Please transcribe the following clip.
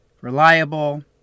reliable